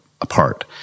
apart